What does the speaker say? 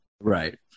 Right